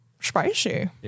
spicy